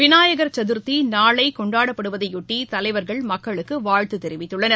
Vinayagar Chaturthi நாளை கொண்டாடப்படுவதையொட்டி தலைவர்கள் மக்களுக்கு வாழ்த்து தெரிவித்துள்ளனர்